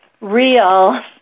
real